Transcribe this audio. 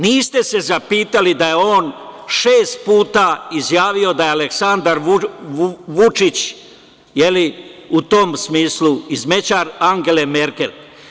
Niste se zapitali da je on šest puta izjavio da je Aleksandar Vučić u tom smislu smećar Angele Merkel.